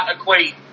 equate